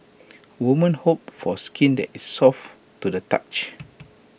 women hope for skin that is soft to the touch